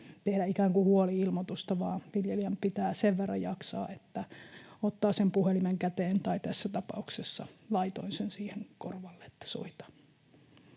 tehdä ikään kuin huoli-ilmoitusta vaan viljelijän pitää sen verran jaksaa, että ottaa sen puhelimen käteen. Tai tässä tapauksessa laitoin sen siihen korvalle, että soita.